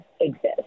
exist